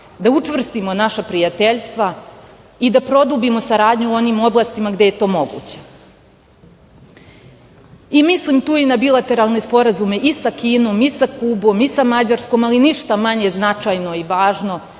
da učvrstimo naša prijateljstva i da produbimo saradnju u onim oblastima gde je to moguće. Mislim tu i na bilateralne sporazume i sa Kinom i sa Kubom i sa Mađarskom, ali ništa manje značajno i važno